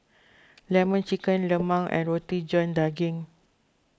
Lemon Chicken Lemang and Roti John Daging